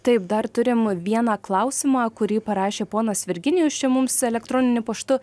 taip dar turim vieną klausimą kurį parašė ponas virginijus čia mums elektroniniu paštu